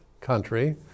country